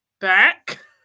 back